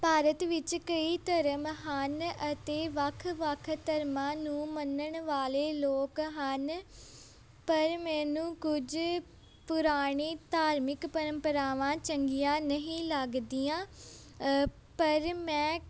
ਭਾਰਤ ਵਿੱਚ ਕਈ ਧਰਮ ਹਨ ਅਤੇ ਵੱਖ ਵੱਖ ਧਰਮਾਂ ਨੂੰ ਮੰਨਣ ਵਾਲੇ ਲੋਕ ਹਨ ਪਰ ਮੈਨੂੰ ਕੁਝ ਪੁਰਾਣੀ ਧਾਰਮਿਕ ਪਰੰਪਰਾਵਾਂ ਚੰਗੀਆਂ ਨਹੀਂ ਲੱਗਦੀਆਂ ਪਰ ਮੈਂ